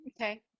okay